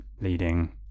leading